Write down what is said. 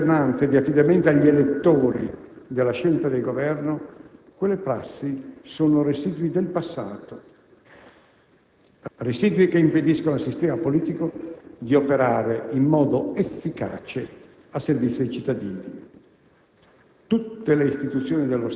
Oggi, in un'epoca di alternanza e di affidamento agli elettori della scelta del Governo, quelle prassi sono residui del passato, residui che impediscono al sistema politico di operare in modo efficace al servizio dei cittadini.